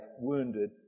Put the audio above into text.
wounded